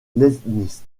leibniz